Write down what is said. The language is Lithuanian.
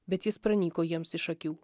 bet jis pranyko jiems iš akių